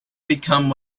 become